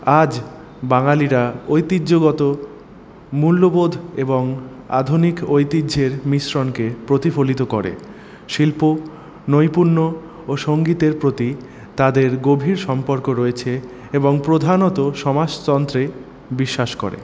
আজ বাঙালিরা ঐতিহ্যগত মূল্যবোধ এবং আধুনিক ঐতিহ্যের মিশ্রণকে প্রতিফলিত করে শিল্প নৈপুণ্য ও সঙ্গীতের প্রতি তাদের গভীর সম্পর্ক রয়েছে এবং প্রধানত সমাজতন্ত্রে বিশ্বাস করে